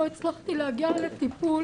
לא הצלחתי להגיע לטיפול